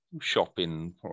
shopping